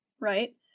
right